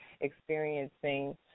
experiencing